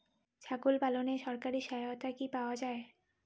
ছাগল পালনে সরকারি সহায়তা কি পাওয়া যায়?